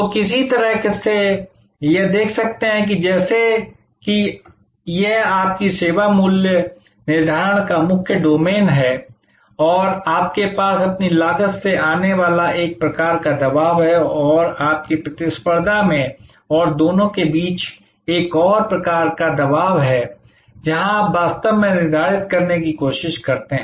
तो किसी तरह से यह देख सकते हैं कि जैसे कि यह आपकी सेवा मूल्य निर्धारण का मुख्य डोमेन है और आपके पास अपनी लागत से आने वाला एक प्रकार का दबाव है और आपकी प्रतिस्पर्धा में और दोनों के बीच एक और प्रकार का दबाव है जहां आप वास्तव में निर्धारित करने की कोशिश करते हैं